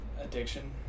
addiction